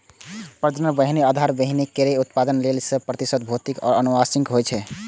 प्रजनक बीहनि आधार बीहनि केर उत्पादन लेल सय प्रतिशत भौतिक आ आनुवंशिक होइ छै